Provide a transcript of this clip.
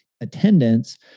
attendance